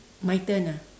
my turn ah